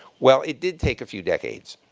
well, it did take a few decades.